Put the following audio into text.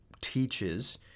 teaches